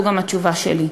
זו גם התשובה שלי.